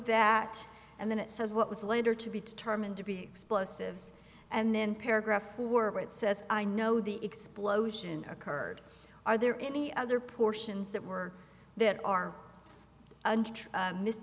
that and then it said what was later to be determined to be explosives and then paragraph forward says i know the explosion occurred are there any other portions that were that are missed